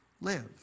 live